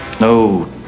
No